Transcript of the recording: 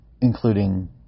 including